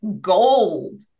gold